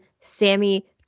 Sammy